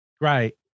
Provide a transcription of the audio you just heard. Right